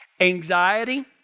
anxiety